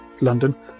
London